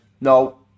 no